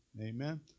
Amen